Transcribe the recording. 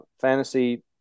fantasy